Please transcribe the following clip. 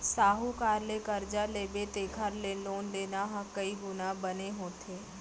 साहूकार ले करजा लेबे तेखर ले लोन लेना ह कइ गुना बने होथे